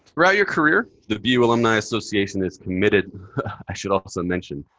throughout your career, the bu alumni association is committed i should also mention.